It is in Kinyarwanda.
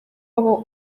abo